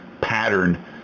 pattern